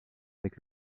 avec